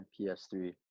PS3